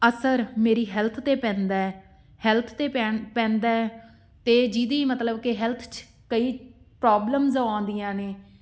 ਅਸਰ ਮੇਰੀ ਹੈਲਥ 'ਤੇ ਪੈਂਦਾ ਹੈ ਹੈਲਥ 'ਤੇ ਪੈਣ ਪੈਂਦਾ ਹੈ ਅਤੇ ਜਿਹਦੀ ਮਤਲਬ ਕਿ ਹੈਲਥ 'ਚ ਕਈ ਪ੍ਰੋਬਲਮਜ਼ ਆਉਂਦੀਆਂ ਨੇ